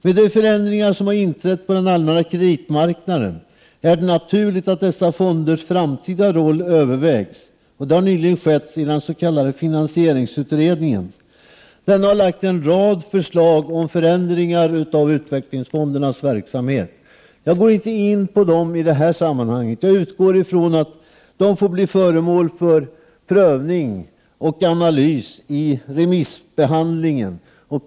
Med de förändringar som har inträtt på den allmänna kreditmarknaden är det naturligt att dessa fonders framtida roll övervägs, och det har nyligen skett i den s.k. finansieringsutredningen. Denna föreslår en rad förändringar av utvecklingsfondernas verksamhet. Jag går inte in på dem i detta sammanhang. Jag utgår ifrån att de får bli föremål för prövning och analys i remissbehandlingen.